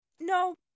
No